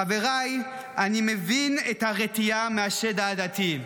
חבריי, אני מבין את הרתיעה מהשד העדתי.